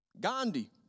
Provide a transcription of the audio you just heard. Gandhi